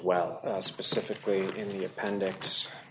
well specifically in the appendix